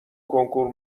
کنکور